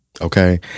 Okay